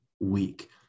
week